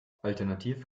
alternativ